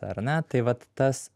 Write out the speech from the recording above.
ar ne tai vat tas